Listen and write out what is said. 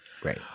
great